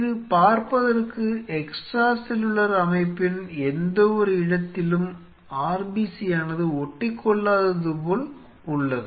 இது பார்ப்பதற்கு extra cellular அமைப்பின் எந்தவொரு இடத்திலும் RBC ஆனது ஒட்டிக்கொள்ளாதது போல் உள்ளது